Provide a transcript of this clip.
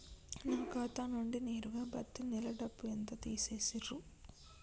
నా ఖాతా నుండి నేరుగా పత్తి నెల డబ్బు ఎంత తీసేశిర్రు?